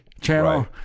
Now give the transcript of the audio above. channel